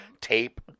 tape